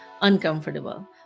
uncomfortable